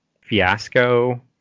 Fiasco